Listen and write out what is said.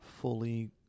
fully